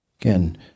Again